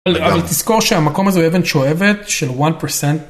אבל תזכור שהמקום הזה הוא אבן שואבת של one percent.